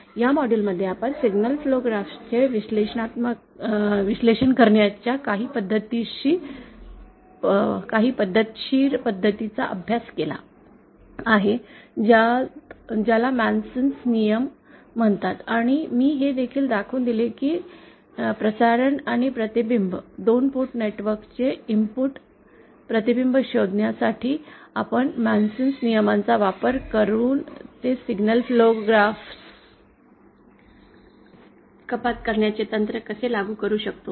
या मॉड्यूलमध्ये आपण सिग्नल फ्लो ग्राफ चे विश्लेषण करण्याच्या काही पद्धतशीर पद्धतीचा अभ्यास केला आहे ज्याला मेसनचा Mason's नियम म्हणतात आणि मी हे देखील दाखवून दिले की प्रसारण आणि प्रतिबिंब 2 पोर्ट नेटवर्क चे इनपुट प्रतिबिंब शोधण्यासाठी आपण मेसनच्या Mason's नियमांचा वापर करून हे सिग्नल फ्लो ग्राफ कपात करण्याचे तंत्र कसे लागू करू शकतो